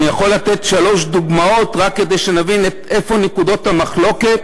אני יכול לתת שלוש דוגמאות רק כדי שאני שנבין איפה נקודות המחלוקת,